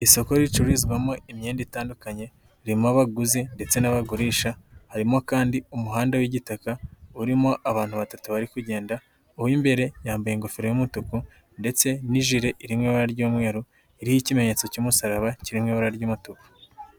Isoko ricururizwamo imyenda itandukanye ririmo abaguzi ndetse n'abagurisha, harimo kandi umuhanda w'igitaka urimo abantu batatu bari kugenda, uw'imbere yambaye ingofero y'umutuku ndetse n'ijire irmwo ibara ry'umweru, ririho ikimenyetso cy'umusaraba kiri mu ibara ry'amutuku.